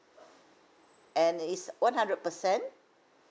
and it's one hundred percent